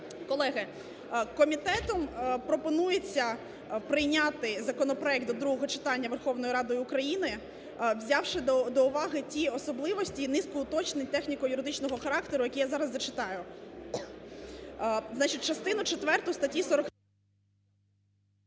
Колеги, комітетом пропонується прийняти законопроект до другого читання Верховною Радою України взявши до уваги ті особливості і низку уточнень техніко-юридичного характеру, які я зараз зачитаю.